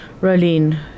Rolene